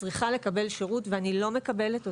צריכה לקבל שירות ואני לא מקבלת אותו,